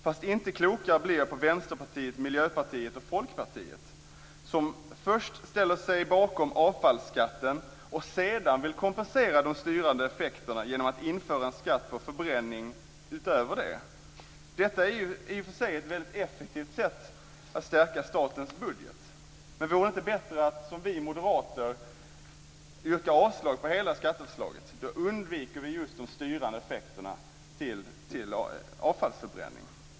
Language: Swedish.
Inte blir jag klokare på Vänsterpartiet, Miljöpartiet och Folkpartiet, som först ställer sig bakom en avfallsskatt och sedan vill kompensera för de styrande effekterna genom att införa en skatt på förbränning utöver det. Detta är i och för sig ett effektivt sätt att stärka statens budget. Men vore det inte bättre att som vi moderater yrka avslag till hela skatteförslaget? Då undviker vi de styrande effekterna i fråga om avfallsförbränning.